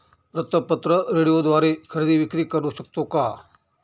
वृत्तपत्र, रेडिओद्वारे खरेदी विक्री करु शकतो का?